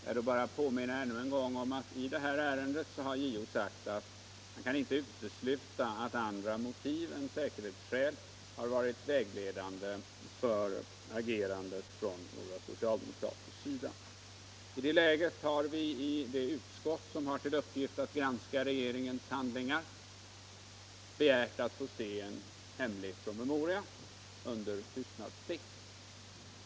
Herr talman! Jag vill ännu en gång påminna om att i detta ärende har JO sagt att man inte kan utesluta att andra motiv än säkerhetsskäl har varit vägledande för agerandet från socialdemokratisk sida. I det läget har vi, i det utskott som har till uppgift att granska regeringens handlingar, begärt att få se en hemlig promemoria under tystnadsplikt.